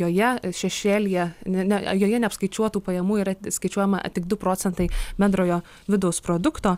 joje šešėlyje ne joje neapskaičiuotų pajamų yra skaičiuojama tik du procentai bendrojo vidaus produkto